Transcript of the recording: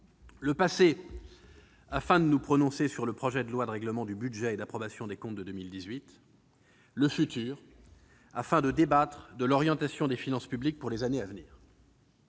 Le passé, afin de nous prononcer sur le projet de loi de règlement du budget et d'approbation des comptes de 2018. Le futur, afin de débattre de l'orientation des finances publiques pour les années à venir.